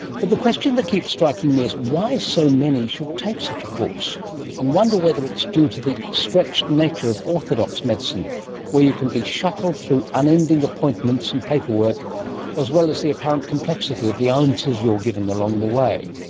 but the question that keeps striking me is why so many should take such a course and wonder whether it's due to the stretched nature of orthodox medicine where you can be shuttled through unending appointments and paperwork as well as the apparent complexity of the answers you're given along the way.